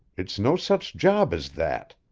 it's no such job as that.